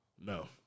No